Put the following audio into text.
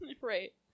Right